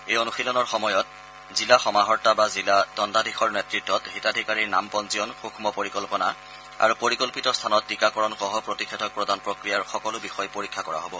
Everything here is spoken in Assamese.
এই অনুশীলনৰ সময়ত জিলা সমাহৰ্তা বা জিলা দণ্ডাধীশৰ নেত়ত্বত হিতাধিকাৰীৰ নাম পঞ্জীয়ন সৃস্ম পৰিকল্পনা আৰু পৰিকল্পিত স্থানত টীকাকৰণসহ প্ৰতিষেধক প্ৰদান প্ৰক্ৰিয়াৰ সকলো বিষয় পৰীক্ষা কৰা হব